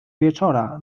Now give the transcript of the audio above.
wieczora